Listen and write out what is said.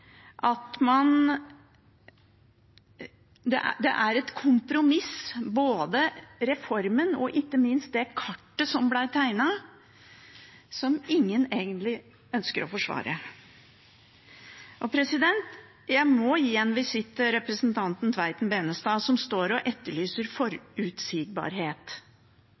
at både reformen og ikke minst det kartet som ble tegnet, er et kompromiss som ingen egentlig ønsker å forsvare. Jeg må avlegge representanten Tveiten Benestad en visitt, som står og etterlyser forutsigbarhet.